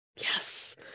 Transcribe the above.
Yes